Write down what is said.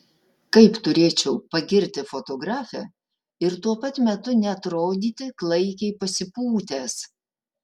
kaip turėčiau pagirti fotografę ir tuo pat metu neatrodyti klaikiai pasipūtęs